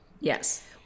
Yes